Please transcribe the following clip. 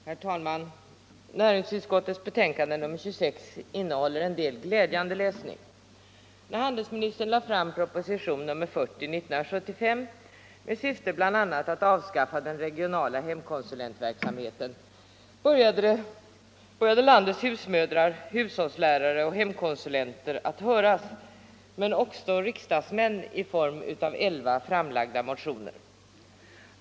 Herr talman! Näringsutskottets betänkande nr 26 innehåller en del glädjande läsning. När handelsministern lade fram propositionen 40 med syfte bl.a. att avskaffa den regionala hemkonsulentverksamheten, började landets husmödrar, hushållslärare och hemkonsulenter att höras, men också riksdagsmän — i form av 11 framlagda motioner.